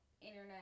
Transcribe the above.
internet